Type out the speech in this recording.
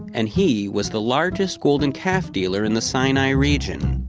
and he was the largest golden calf dealer in the sinai region,